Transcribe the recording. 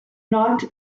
not